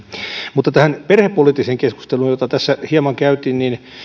mutta tähän perhepoliittiseen keskusteluun jota tässä hieman käytiin